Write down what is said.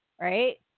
right